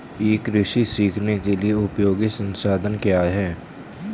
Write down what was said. ई कृषि सीखने के लिए उपयोगी संसाधन क्या हैं?